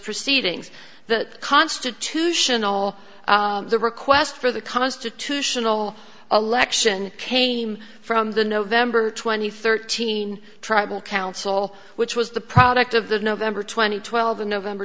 proceedings the constitutional the request for the constitutional election came from the november twenty thirty nine tribal council which was the product of the november twenty twelve november